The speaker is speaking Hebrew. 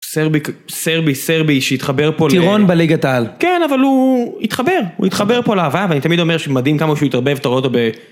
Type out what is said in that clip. סרבי סרבי סרבי שהתחבר פה... טירון בליגת העל. כן, אבל הוא התחבר הוא התחבר פה להוויה ואני תמיד אומר שמדהים כמה שהוא התערבב אתה רואה אותו ב...